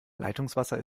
leitungswasser